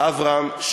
אברהם,